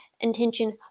intention